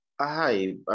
Hi